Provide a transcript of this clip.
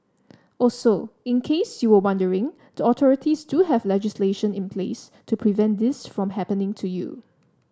also in case you were wondering the authorities do have legislation in place to prevent this from happening to you